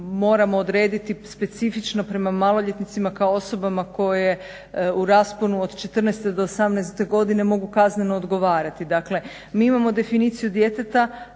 moramo odrediti specifično prema maloljetnicima kao osobama koje u rasponu od 14.do 18.godine mogu kazneno odgovarati. Dakle, mi imamo definiciju djeteta